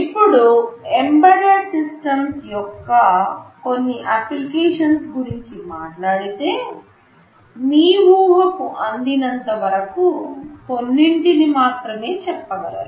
ఇప్పుడు embedded systems యొక్క కొన్ని అప్లికేషన్స్ గురించి మాట్లాడితే మీ ఊహకు అందినంత వరకు కొన్నింటిని మాత్రమే చెప్పగలరు